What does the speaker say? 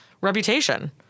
Reputation